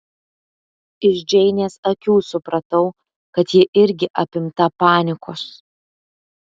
iš džeinės akių supratau kad ji irgi apimta panikos